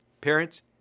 Parents